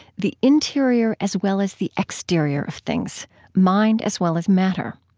the interior as well as the exterior of things mind as well as matter.